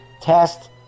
test